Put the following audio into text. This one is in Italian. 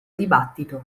dibattito